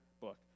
book